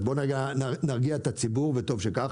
אז בוא נרגיע את הציבור וטוב שכך.